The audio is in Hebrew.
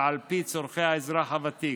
ועל פי צורכי האזרח הוותיק.